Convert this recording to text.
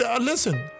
listen